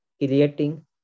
creating